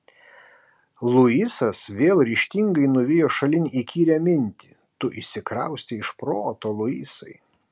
luisas vėl ryžtingai nuvijo šalin įkyrią mintį tu išsikraustei iš proto luisai